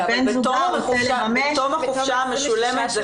ובן רוצה לממש --- בתום החופשה המשולמת,